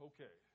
Okay